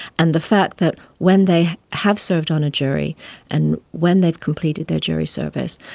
and the fact that when they have served on a jury and when they've completed their jury service,